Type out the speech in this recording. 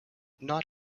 not